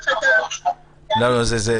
ולכן --- לא שומעים.